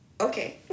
Okay